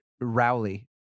Rowley